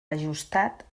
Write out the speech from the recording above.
ajustat